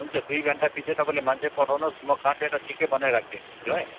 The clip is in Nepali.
हुन्छ दुई घन्टापिछे तपाईँलाई मान्छे पठाउनुहोस् म काटेर ठिकै बनाएर राखिदिएको हुन्छु है